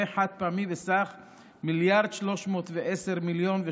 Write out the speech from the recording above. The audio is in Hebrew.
חד-פעמי סכום של 1.31 מיליארד ו-700,000,